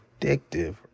addictive